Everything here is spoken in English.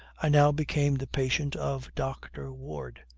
i now became the patient of dr. ward,